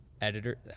editor